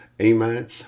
Amen